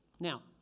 Now